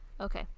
okay